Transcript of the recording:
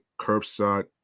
curbside